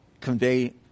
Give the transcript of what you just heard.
convey